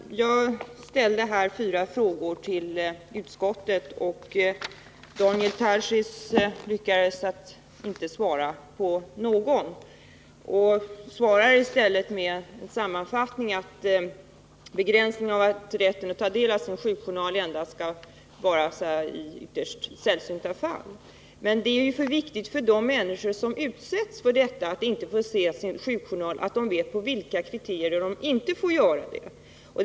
Fru talman! Jag ställde fyra frågor till utskottets talesman, och Daniel Tarschys lyckades med att inte svara på någon av dem. Han svarar med att ge sammanfattningen att begränsningen när det gäller rätten att ta del av sin egen sjukjournal endast skall tillämpas i ytterst sällsynta fall. Men det är viktigt för de människor som berörs av detta att de vet på vilka kriterier de inte får se sin sjukjournal.